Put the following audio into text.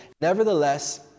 nevertheless